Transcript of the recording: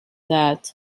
that